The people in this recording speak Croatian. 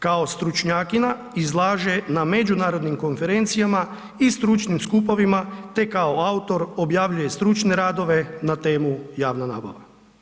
Kao stručnjakinja izlaže na međunarodnim konferencijama i stručnim skupovima te kao autor objavljuje stručne radove na temu javna nabava.